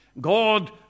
God